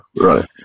Right